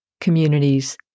communities